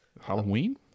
Halloween